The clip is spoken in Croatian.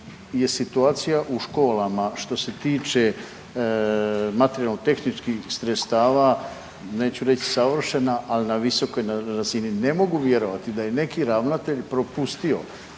je situacija u školama što se tiče materijalno-tehničkih sredstava neću reći savršena ali na visokoj razini. Ne mogu vjerovati da je neki ravnatelj propustio